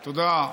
תודה.